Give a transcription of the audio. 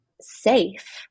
safe